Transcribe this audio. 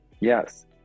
Yes